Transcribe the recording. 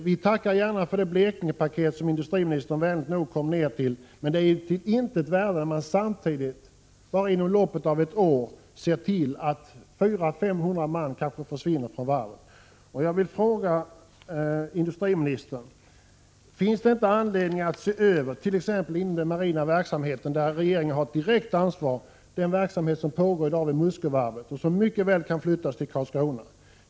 Vi tackar gärna för det Blekingepaket som industriministern vänligt nog kom ner till oss med, men det är av intet värde när man samtidigt bara inom loppet av ett år ser till att 400-500 man kanske försvinner från varvet. Jag vill fråga industriministern: Finns det inte anledning att se över den marina verksamheten, där regeringen har ett direkt ansvar, t.ex. den verksamhet som för närvarande pågår vid Muskövarvet och som mycket väl kan flyttas till Karlskrona?